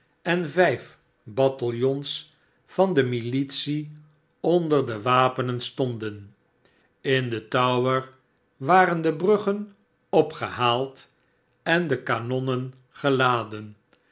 en vijf bataljons van de militie onder de wapenen stonden in den tower waren de bruggen opgehaald en de kanonnen geladen